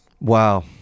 Wow